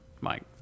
Mike